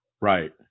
Right